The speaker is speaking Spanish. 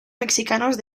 mexicanos